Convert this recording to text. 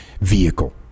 vehicle